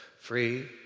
free